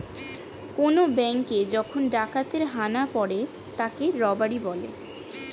কোন ব্যাঙ্কে যখন ডাকাতের হানা পড়ে তাকে রবারি বলে